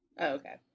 Okay